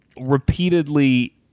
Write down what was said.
repeatedly